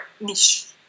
niche